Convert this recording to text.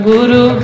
Guru